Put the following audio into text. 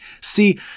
See